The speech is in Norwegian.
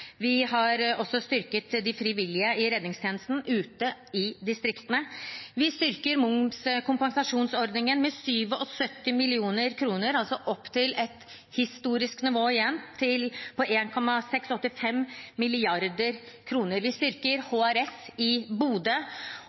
Vi har også styrket de frivillige i redningstjenesten ute i distriktene. Vi styrker momskompensasjonsordningen med 77 mill. kr – altså opp til et historisk nivå igjen, på 1,685 mrd. kr. Vi styrker HRS i Bodø,